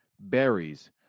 berries